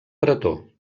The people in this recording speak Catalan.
pretor